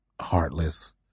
heartless